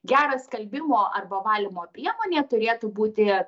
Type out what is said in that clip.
geras skalbimo arba valymo priemonė turėtų būti